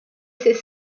ses